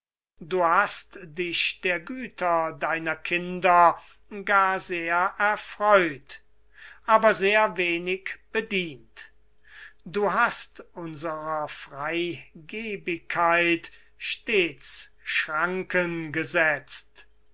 du hast dich der güter deiner kinder gar sehr erfreut sehr wenig bedient du hast unserer freigebigkeit stets schranken gesetzt